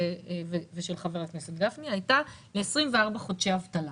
ושל חבר הכנסת גפני, הייתה ל-24 חודשי אבטלה